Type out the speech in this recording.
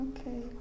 Okay